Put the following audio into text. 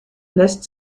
lässt